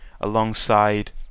alongside